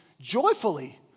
joyfully